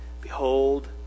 Behold